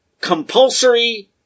compulsory